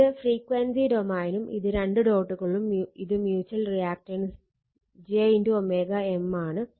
ഇത് ഫ്രീക്വൻസി ഡൊമൈനും ഇത് രണ്ട് ഡോട്ടുകളും ഇത് മ്യൂച്ചൽ റിയാക്ക്റ്റൻസ് j M ആണ്